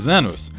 anos